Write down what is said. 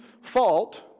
fault